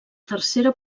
tercera